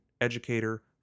educator